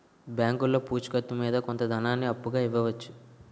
బ్యాంకులో పూచి కత్తు మీద కొంత ధనాన్ని అప్పుగా ఇవ్వవచ్చు